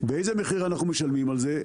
איזה מחיר אנחנו משלמים על זה?